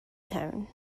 tone